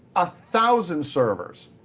ah thousand servers.